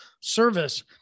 service